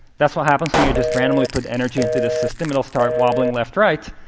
that's what happens when you just randomly put energy into this system, it'll start wobbling left right.